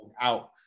out